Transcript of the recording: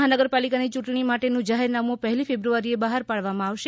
મહાનગરપાલિકાની ચૂંટણી માટેનું જાહેરનામું પહેલી ફેબ્રુઆરીએ બહાર પાડવામાં આવશે